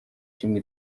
kimwe